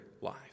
life